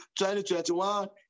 2021